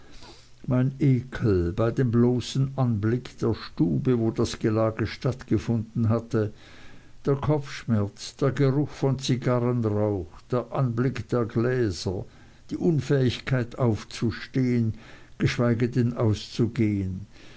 mein ekel bei dem bloßen anblick der stube wo das gelage stattgefunden hatte der kopfschmerz der geruch von zigarrenrauch der anblick der gläser die unfähigkeit aufzustehen geschweige denn auszugehen